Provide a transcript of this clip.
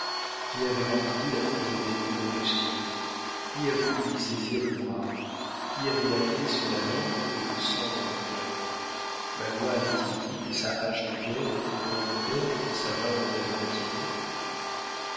qui avait rempli la forêt d'ennemis embusqués qui a voulu lui saisir le bras qui avait la paix sur la langue et le sang dans le cœur magua avait-il dit que sa hache de guerre était hors de terre et que sa main l'en avait retirée